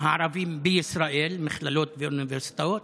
הערבים בישראל במכללות ובאוניברסיטאות,